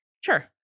Sure